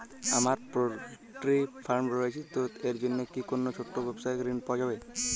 আমার poultry farm রয়েছে তো এর জন্য কি কোনো ছোটো ব্যাবসায়িক ঋণ পাওয়া যাবে?